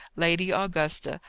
lady augusta,